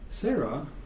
Sarah